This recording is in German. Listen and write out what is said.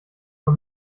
man